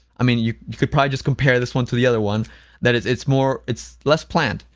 i mean, you you could probably just compare this one to the other one that it's it's more it's less planned.